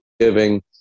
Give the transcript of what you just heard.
giving